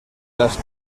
las